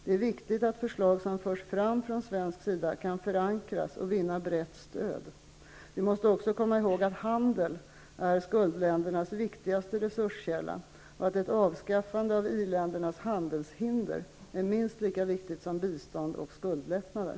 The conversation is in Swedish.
Det är viktigt att förslag som förs fram från svensk sida kan förankras och vinna brett stöd. Vi måste också komma ihåg att handel är skuldländernas viktigaste resurskälla och att ett avskaffande av i-ländernas handelshinder är minst lika viktigt som bistånd och skuldlättnader.